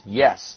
yes